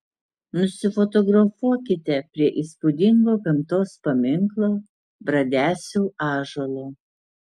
nusifotografuokite prie įspūdingo gamtos paminklo bradesių ąžuolo